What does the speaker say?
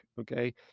okay